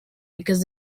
because